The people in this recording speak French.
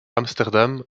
amsterdam